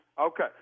Okay